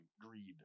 greed